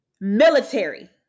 military